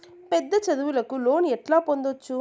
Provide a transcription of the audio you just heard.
పెద్ద చదువులకు లోను ఎట్లా పొందొచ్చు